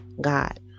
God